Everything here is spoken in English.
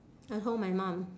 I told my mum